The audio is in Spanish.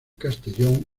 castellón